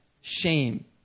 shame